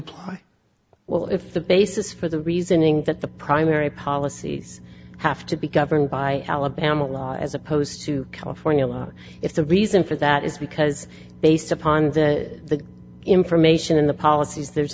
apply well if the basis for the reasoning that the primary policies have to be governed by alabama law as opposed to california law if the reason for that is because based upon the information in the policies there's